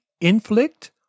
inflict